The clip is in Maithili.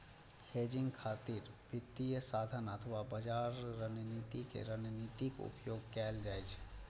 हेजिंग खातिर वित्तीय साधन अथवा बाजार रणनीति के रणनीतिक उपयोग कैल जाइ छै